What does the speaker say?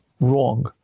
wrong